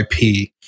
IP